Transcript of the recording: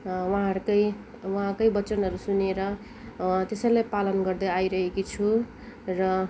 उहाँहरूकै उहाँकै वचनहरू सुनेर त्यसैलाई पालन गर्दै आइरहेकी छु र